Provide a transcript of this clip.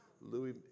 Louis